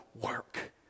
work